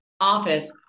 office